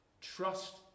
Trust